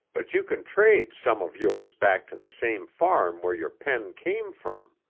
but you can trade some of yours back to the same farm where your pen came from.